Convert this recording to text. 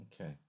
Okay